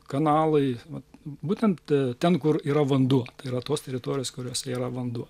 kanalai vat būtent ten kur yra vanduo tai yra tos teritorijos kuriose yra vanduo